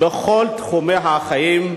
בכל תחומי החיים,